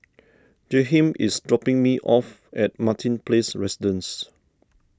Jaheim is dropping me off at Martin Place Residences